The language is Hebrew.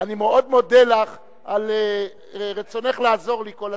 אני מאוד מודה לך על רצונך לעזור לי כל הזמן,